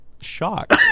shocked